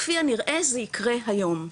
כפי הנראה זה ייקרה היום,